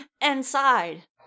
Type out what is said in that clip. Inside